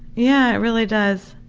yeah, it really does.